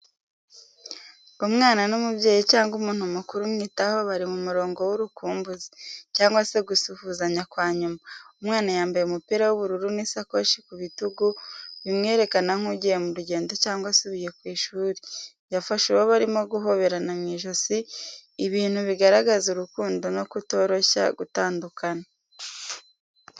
Umwana n’umubyeyi cyangwa umuntu mukuru umwitaho, bari mu murongo w'urukumbuzi, cyangwa se gusuhuzanya kwa nyuma. Umwana yambaye umupira w’ubururu n’isakoshi ku bitugu, bimwerekana nk’ugiye mu rugendo cyangwa asubiye ku ishuri. Yafashe uwo barimo guhoberana mu ijosi, ibintu bigaragaza urukundo no kutoroshya gutandukana.